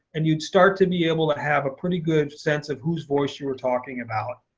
and you would start to be able to have a pretty good sense of whose voice you were talking about.